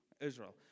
Israel